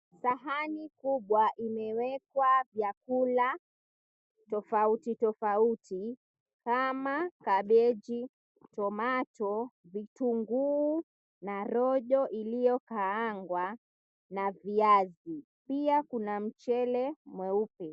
Sahani kubwa imewekwa vyakula tofauti tofauti kama kabeji, tomato , vitunguu na rojo iliyokaangwa na viazi pia kuna mchele mweupe.